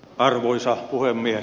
arvoisa puhemies